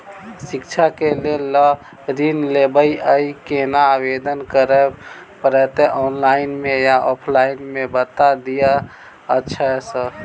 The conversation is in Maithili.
शिक्षा केँ लेल लऽ ऋण लेबाक अई केना आवेदन करै पड़तै ऑनलाइन मे या ऑफलाइन मे बता दिय अच्छा सऽ?